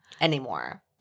anymore